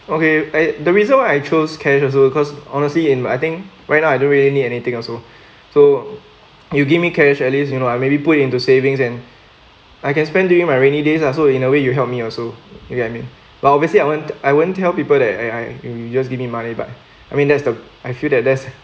okay I the reason why I chose cash also cause honestly in I think right now I don't really need anything also so you give me cash at least you know I maybe put into savings and I can spend during my rainy days ah so in a way you help me also you get what I mean but obviously I won't I won't tell people that I I you just give me money but I mean that's the I feel that there's